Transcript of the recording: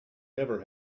never